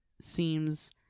seems